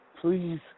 Please